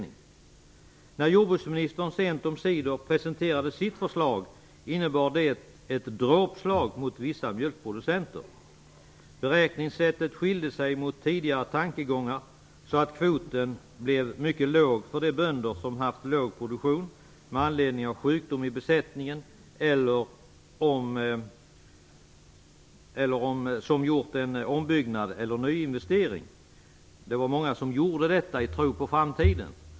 När jordbruksministern sent om sider presenterade sitt förslag innebar det ett dråpslag mot vissa mjölkproducenter. Beräkningssättet skilde sig mot tidigare tankegångar, så att kvoten blev mycket låg för de bönder som haft låg produktion med anledning av sjukdom i besättningen eller om de gjort en ombyggnad eller nyinvestering. Många gjorde detta i tron på framtiden.